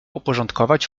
uporządkować